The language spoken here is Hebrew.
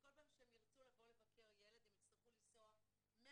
שכל פעם שהם ירצו לבוא לבקר ילד הם יצטרכו לנסוע מהצפון